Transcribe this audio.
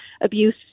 abuse